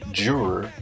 juror